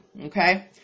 Okay